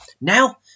now